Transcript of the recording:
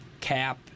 Cap